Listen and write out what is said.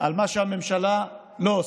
על מה שהממשלה לא עושה.